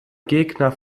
gegner